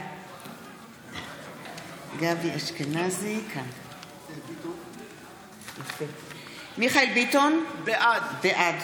גבי אשכנזי, בעד מיכאל ביטון, בעד